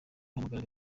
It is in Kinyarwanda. duhamagara